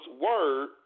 word